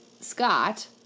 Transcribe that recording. Scott